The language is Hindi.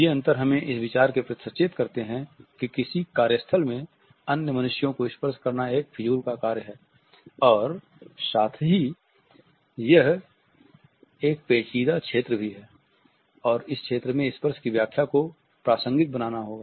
ये अंतर हमें इस विचार के प्रति सचेत करते हैं कि किसी कार्य स्थल में अन्य मनुष्यों को स्पर्श करना एक फ़िज़ूल का कार्य है और साथ ही यह एक पेंचीदा क्षेत्र भी है और इस क्षेत्र में स्पर्श की व्याख्या को प्रासंगिक बनाना होगा